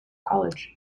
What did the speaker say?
college